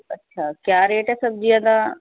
ਅੱਛਾ ਕੀ ਰੇਟ ਹੈ ਸਬਜ਼ੀਆਂ ਦਾ